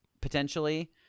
potentially